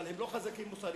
אבל הם לא חזקים מוסרית,